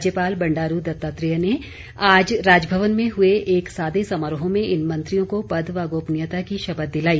राज्यपाल बंडारू दत्तात्रेय ने आज राजभवन में हए एक सादे समारोह में इन मंत्रियों को पद व गोपनीयता की शपथ दिलाई